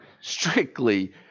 strictly